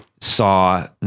saw